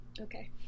okay